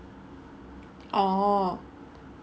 oh